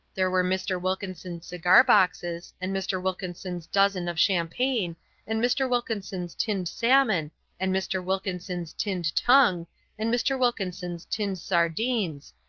there were mr. wilkinson's cigar-boxes and mr. wilkinson's dozen of champagne and mr. wilkinson's tinned salmon and mr. wilkinson's tinned tongue and mr. wilkinson's tinned sardines,